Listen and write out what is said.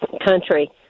country